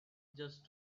just